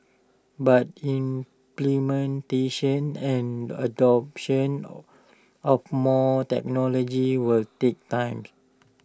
but implementation and adoption or of more technology will take times